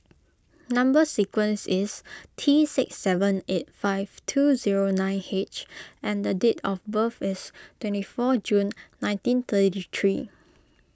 Number Sequence is T six seven eight five two zero nine H and the date of birth is twenty four June nineteen thirty three